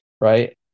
right